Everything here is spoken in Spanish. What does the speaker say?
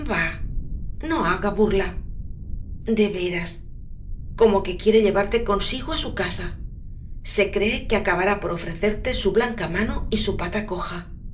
no haga burla de veras como que quiere llevarte consigo á su casa se cree que acabará por ofrecerte su blanca mano y su pata coja